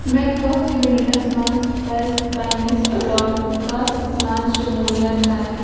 مےٚ کتھ یوینٹس منٛز پَزِ پننِس علاقس منٛز شمولِیت کرٕنۍ ؟